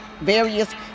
various